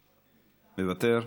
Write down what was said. מוותר?